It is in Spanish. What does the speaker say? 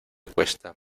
cuesta